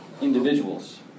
individuals